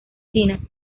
china